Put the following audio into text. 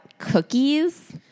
cookies